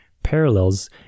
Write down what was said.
Parallels